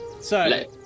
So-